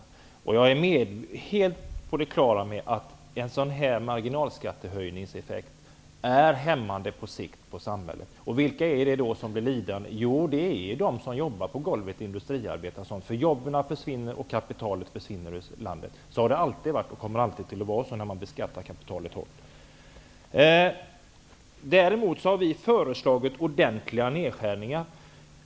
Jag är helt på det klara med att en sådan här skattehöjningseffekt på sikt är hämmande för samhället. Vilka blir då lidande? Jo, de som jobbar på golvet, t.ex. industriarbetare. Jobb försvinner ju. Dessutom försvinner kapital från landet. Så har det alltid varit, och så kommer det alltid att vara när kapital beskattas hårt. Däremot föreslår vi ordentliga nedskärningar.